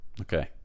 Okay